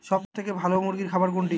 সবথেকে ভালো মুরগির খাবার কোনটি?